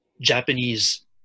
Japanese